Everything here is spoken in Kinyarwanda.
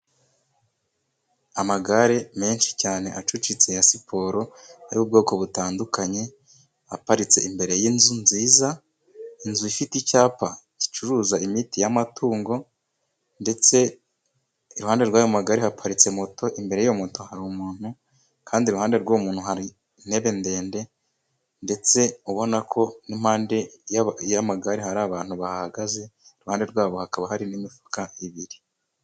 Amagare menshi cyane acucitse ya siporo arimo ubwoko butandukanye, aparitse imbere y'inzu nziza. inzu ifite icyapa gicuruza imiti y'amatungo ndetse iruhande rw'ayo magare haparitse moto, imbere yiyo moto hari umuntu kandi iruhande rw'uwo muntu hari intebe ndende ndetse ubona ko n'impande y'amagare hari abantu bahagaze, iruhande rwabo hakaba hari n'imifuka ibiri.